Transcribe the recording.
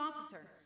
officer